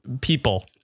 People